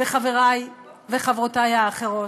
וחברי וחברותי האחרות?